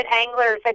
anglers